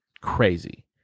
crazy